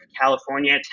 California